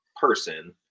person